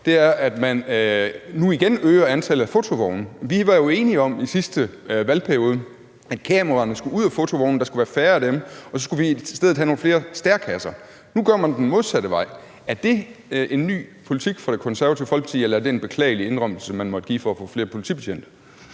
om, er, at man nu igen øger antallet af fotovogne. Vi var jo enige om i sidste valgperiode, at kameraerne skulle ud af fotovognene; der skulle være færre af dem, og så skulle vi i stedet have flere stærekasser. Nu går man den modsatte vej. Er det en ny politik fra Det Konservative Folkeparti, eller er det en beklagelig indrømmelse, man måtte give for at få flere politibetjente?